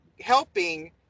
helping